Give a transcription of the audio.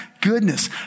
goodness